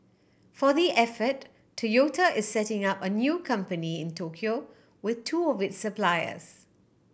for the effort Toyota is setting up a new company Tokyo with two of its supplier